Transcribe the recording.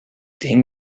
denk